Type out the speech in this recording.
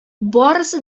барысы